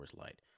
Light